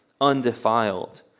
undefiled